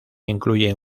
incluye